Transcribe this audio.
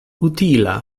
utila